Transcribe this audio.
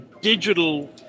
digital